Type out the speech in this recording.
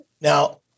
Now